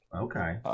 Okay